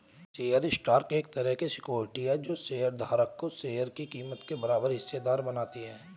share stock एक तरह की सिक्योरिटी है जो शेयर धारक को शेयर की कीमत के बराबर हिस्सेदार बनाती है